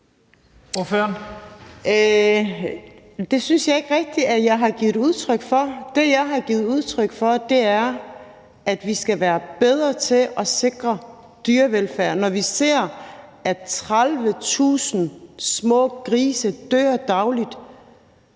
Det synes jeg ikke rigtig at jeg har givet udtryk for. Det, jeg har givet udtryk for, er, at vi skal være bedre til at sikre dyrevelfærd. Når vi ser, at 30.000 smågrise dagligt